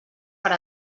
per